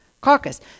Caucus